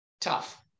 tough